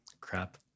crap